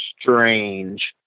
strange